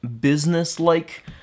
business-like